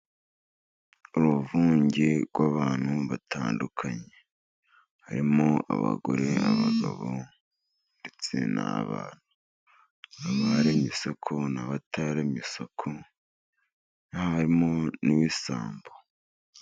Uruvunge rw'abantu batandukanye. Harimo abagore n'abagabo, ndetse n'abana. Baremye isoko n'abataremye isoko, harimo n'ibisambo.